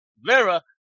Vera